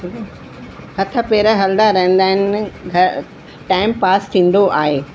हथ पेर हलदा रहंदा आहिनि घ टाइम पास थींदो आहे